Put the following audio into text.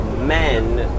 men